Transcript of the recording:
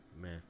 man